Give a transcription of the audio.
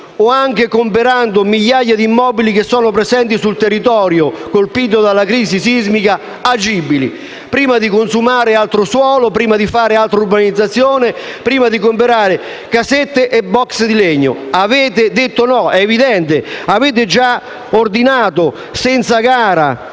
o di comprare migliaia di immobili agibili presenti sul territorio colpito dalla crisi sismica prima di consumare altro suolo, fare altra urbanizzazione e comprare casette e *box* di legno. Avete detto di no. È evidente. Avete già ordinato senza gara